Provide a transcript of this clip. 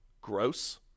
Gross